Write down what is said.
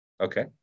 Okay